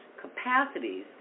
capacities